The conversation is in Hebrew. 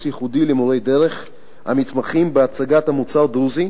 ייחודי למורי דרך המתמחים בהצגת המוצר הדרוזי,